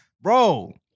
bro